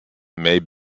may